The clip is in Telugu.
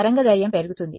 తరంగదైర్ఘ్యం పెరుగుతుంది